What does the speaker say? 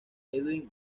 edwin